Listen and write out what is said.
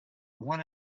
one